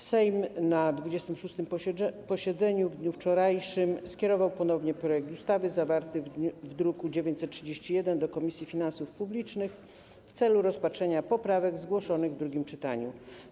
Sejm na 26. posiedzeniu w dniu wczorajszym skierował ponownie projekt ustawy zawarty w druku nr 931 do Komisji Finansów Publicznych w celu rozpatrzenia poprawek zgłoszonych w drugim czytaniu.